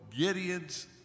Gideons